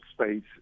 space